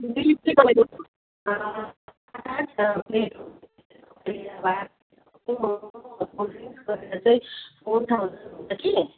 bill चाहिँ तपाईँको गरेर चाहिँ फोर थाउजन हुन्छ कि